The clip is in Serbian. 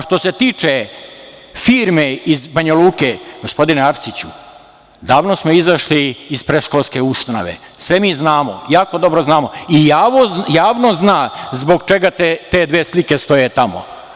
Što se tiče firme iz Banjaluke, gospodine Arsiću, davno smo izašli iz predškolske ustanove, sve mi znamo, jako dobro znamo i javnost zna zbog čega te dve slike stoje tamo.